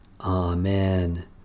Amen